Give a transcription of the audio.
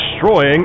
Destroying